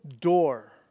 door